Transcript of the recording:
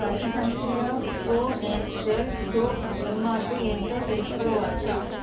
పది సంచుల pro nature soap MRP ఎంతో తెలుసుకోవచ్చా